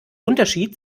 unterschied